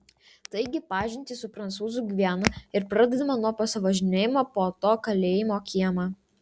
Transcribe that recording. taigi pažintį su prancūzų gviana ir pradedame nuo pasivažinėjimo po to kalėjimo kiemą